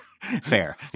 Fair